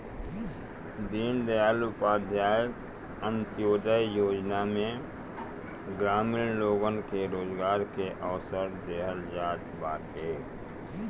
दीनदयाल उपाध्याय अन्त्योदय योजना में ग्रामीण लोगन के रोजगार के अवसर देहल जात बाटे